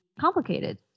complicated